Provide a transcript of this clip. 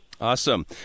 Awesome